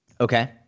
Okay